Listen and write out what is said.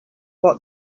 what